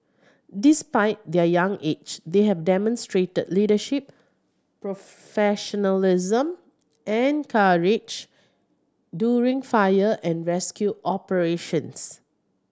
despite their young age they have demonstrated leadership professionalism and courage during fire and rescue operations